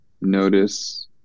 notice